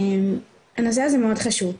הנושא הזה מאוד חשוב,